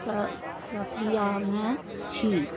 प्रक्रियामे छी